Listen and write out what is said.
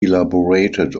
elaborated